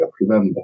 remember